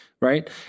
right